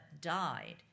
died